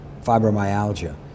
fibromyalgia